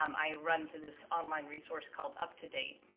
um i run to this online resource called up to date.